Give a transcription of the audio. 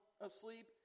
asleep